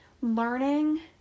learning